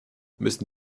müssen